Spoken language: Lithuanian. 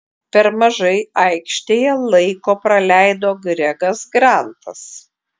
per mažai aikštėje laiko praleido gregas grantas